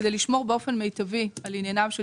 כדי לשמור באופן מיטבי על עניינו של